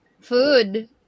Food